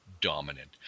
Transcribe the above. dominant